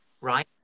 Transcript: Right